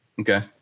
okay